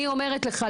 אני אומרת לך,